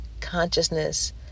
consciousness